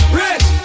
rich